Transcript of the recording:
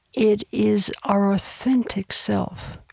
it is our authentic self,